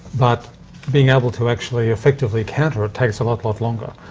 but being able to actually effectively counter it, takes a lot, lot longer.